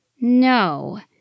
No